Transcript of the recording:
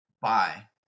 Bye